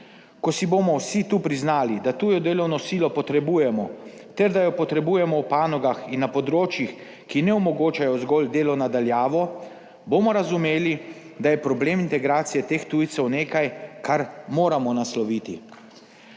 Ko si bomo vsi tu priznali, da tujo delovno silo potrebujemo ter da jo potrebujemo v panogah in na področjih, ki ne omogočajo zgolj dela na daljavo, bomo razumeli, da je problem integracije teh tujcev nekaj, kar moramo nasloviti,